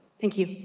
thank you.